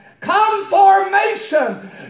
Conformation